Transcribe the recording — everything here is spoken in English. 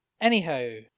Anyhow